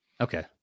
Okay